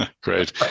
Great